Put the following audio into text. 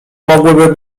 mogłyby